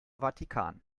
vatikan